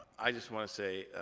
i just wanna say,